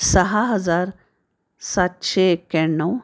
सहा हजार सातशे एक्क्याण्णव